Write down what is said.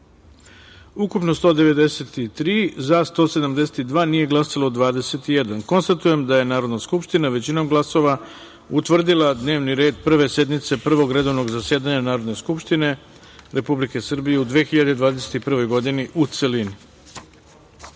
glasalo 193, za – 172, nije glasalo – 21.Konstatujem da je Narodna skupština, većinom glasova, utvrdila dnevni red Prve sednice Prvog redovnog zasedanja Narodne skupštine Republike Srbije u 2021. godini, u celini.D